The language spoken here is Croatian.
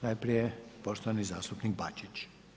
Najprije će poštovani zastupnik BAčić.